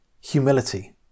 humility